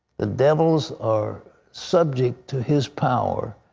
the devils are subject to his power.